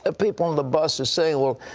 ah people on the bus are saying, well,